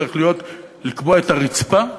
צריך לקבוע את הרצפה,